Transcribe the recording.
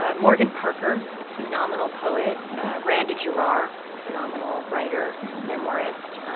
ah morgan parker, a phenomenal poet randa jarrar, phenomenal writer, memoirist,